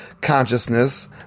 consciousness